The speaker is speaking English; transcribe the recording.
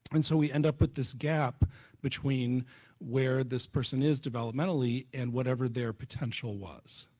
and so we end up with this gap between where this person is developmentally and whatever their potential was.